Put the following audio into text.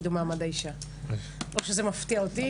האישה הודיעה על התפטרותה, לא שזה מפתיע אותי.